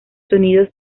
sonidos